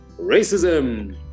racism